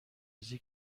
ریزی